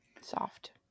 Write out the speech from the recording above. Soft